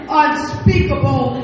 unspeakable